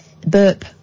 burp